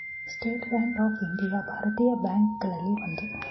state Bank of India ಭಾರತೀಯ bank ಗಳಲ್ಲಿ ಒಂದು